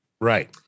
Right